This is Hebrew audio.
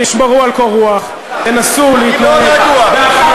תשמרו על קור רוח, אני מאוד רגוע.